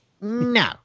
no